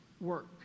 work